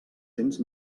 cents